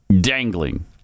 dangling